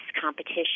competition